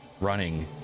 running